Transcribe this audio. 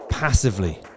passively